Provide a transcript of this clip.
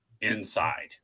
inside